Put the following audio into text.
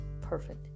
perfect